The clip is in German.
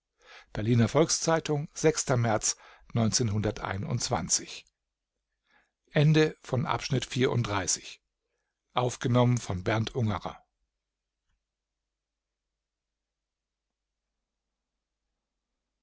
berliner volks-zeitung märz